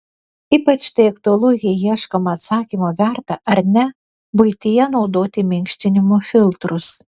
ypač tai aktualu jei ieškoma atsakymo verta ar ne buityje naudoti minkštinimo filtrus